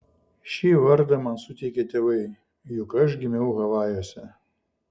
šį vardą man suteikė tėvai juk aš gimiau havajuose